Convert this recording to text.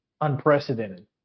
unprecedented